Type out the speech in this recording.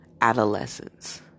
adolescence